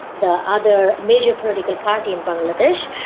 the other major political party in bangladesh.